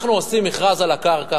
אנחנו עושים מכרז על הקרקע,